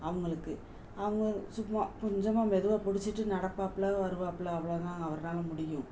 அவங்களுக்கு அவங்க சும்மா கொஞ்சமாக மெதுவாக புடிச்சிட்டு நடப்பாப்புல வருவாப்புல அவ்வளோ தான் அவரால் முடியும்